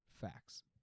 Facts